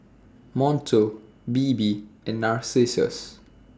Monto Bebe and Narcissus